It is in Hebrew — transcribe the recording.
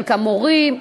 חלקם מורים,